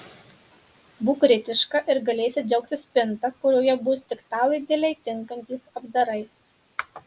būk kritiška ir galėsi džiaugtis spinta kurioje bus tik tau idealiai tinkantys apdarai